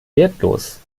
wertlos